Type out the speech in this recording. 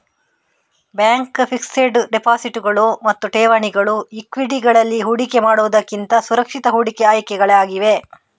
bank fixed ಡೆಪಾಸಿಟುಗಳು ಮತ್ತು ಠೇವಣಿಗಳು ಈಕ್ವಿಟಿಗಳಲ್ಲಿ ಹೂಡಿಕೆ ಮಾಡುವುದಕ್ಕಿಂತ ಸುರಕ್ಷಿತ ಹೂಡಿಕೆ ಆಯ್ಕೆಗಳಾಗಿವೆ